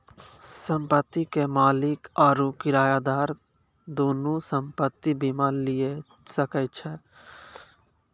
संपत्ति के मालिक आरु किरायादार दुनू संपत्ति बीमा लिये सकै छै